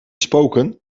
spoken